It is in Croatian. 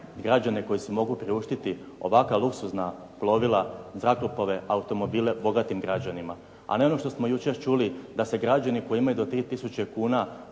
građane koji se mogu priuštiti ovakva luksuzna plovila, zrakoplove, automobile bogatim građanima. A ne ono što smo jučer čuli da se građani koji imaju do 3 tisuće